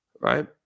right